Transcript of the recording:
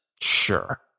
Sure